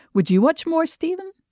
would you watch more stephen